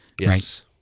Yes